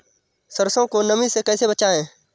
सरसो को नमी से कैसे बचाएं?